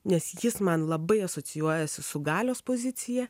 nes jis man labai asocijuojasi su galios pozicija